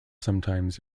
sometimes